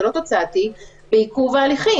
זה לא תוצאתי "בעיכוב ההליכים".